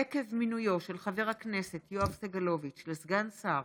עקב מינויו של חבר הכנסת יואב סגלוביץ' לסגן שר